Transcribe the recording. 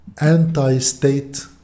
anti-state